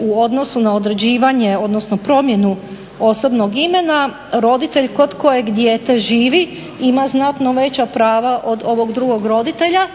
u odnosu na određivanje, odnosno promjenu osobnog imena roditelj kod kojeg dijete živi ima znatno veća prava od ovog drugog roditelja